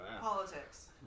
Politics